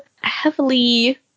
heavily